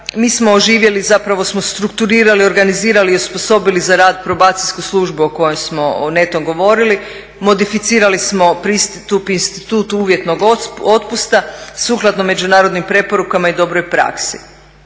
zatvora, zapravo smo strukturirali i organizirali i osposobili za rad Probacijsku službu o kojoj smo netom govorili, modificirali smo pristup institutu uvjetnog otpusta sukladno međunarodnim preporukama i dobroj praksi.